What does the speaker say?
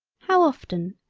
how often,